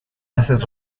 haces